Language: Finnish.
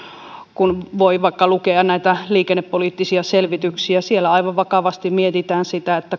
kun voi vaikka lukea liikennepoliittisia selvityksiä siellä aivan vakavasti mietitään sitä